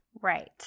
Right